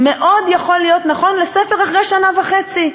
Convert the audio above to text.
מאוד יכול להיות נכון לספר אחרי שנה וחצי.